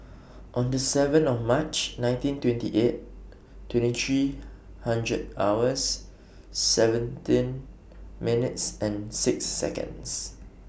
on The seven of March nineteen twenty eight twenty three hundred hours seventeen minutes and six Seconds